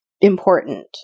important